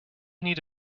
need